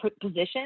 position